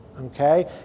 Okay